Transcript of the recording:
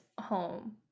home